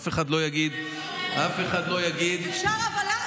אף אחד לא יגיד, אני לא מאמינה שאתה אומר את זה.